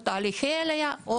או תהליכי עלייה.